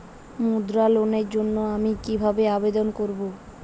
মুদ্রা লোনের জন্য আমি কিভাবে আবেদন করবো?